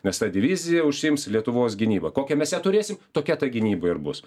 nes ta divizija užsiims lietuvos gynyba kokią mes ją turėsim tokia ta gynyba ir bus